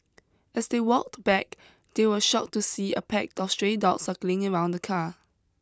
as they walked back they were shocked to see a pack of stray dogs circling around the car